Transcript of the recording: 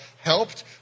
helped